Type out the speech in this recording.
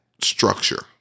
structure